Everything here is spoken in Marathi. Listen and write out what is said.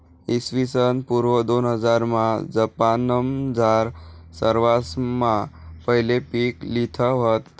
इसवीसन पूर्व दोनहजारमा जपानमझार सरवासमा पहिले पीक लिधं व्हतं